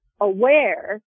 aware